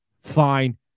fine